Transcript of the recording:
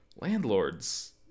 landlords